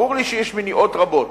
ברור לי שיש מניעות רבות,